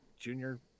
junior